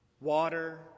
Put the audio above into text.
Water